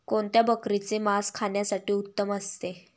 कोणत्या बकरीचे मास खाण्यासाठी उत्तम असते?